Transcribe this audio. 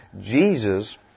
Jesus